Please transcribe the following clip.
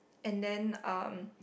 and then um